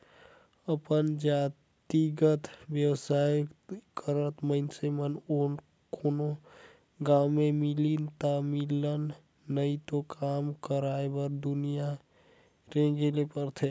अपन जातिगत बेवसाय करत मइनसे मन कोनो गाँव में मिलिन ता मिलिन नई तो काम करवाय बर दुरिहां रेंगें ले परथे